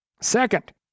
Second